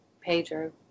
Pedro